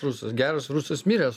rusas geras rusas miręs